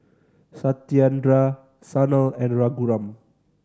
Satyendra Sanal and Raghuram